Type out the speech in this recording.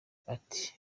ati